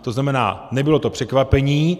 To znamená, nebylo to překvapení.